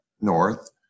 north